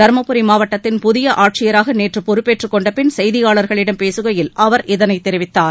தருமபுரி மாவட்டத்தின் புதிய ஆட்சியராக நேற்று பொறுப்பேற்றுக் கொண்டபின் செய்தியாள்களிடம் பேசுகையில் அவர் இதனைத் தெரிவித்தார்